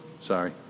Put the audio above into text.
sorry